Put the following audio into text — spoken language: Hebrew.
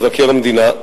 מבקר המדינה.